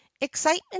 excitement